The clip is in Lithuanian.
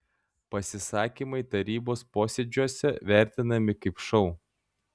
pasisakymai tarybos posėdžiuose vertinami kaip šou